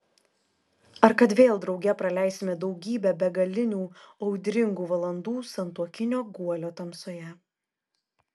ar kad vėl drauge praleisime daugybę begalinių audringų valandų santuokinio guolio tamsoje